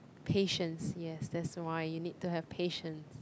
patience yes that's why you need to have patience